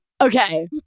Okay